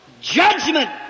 judgment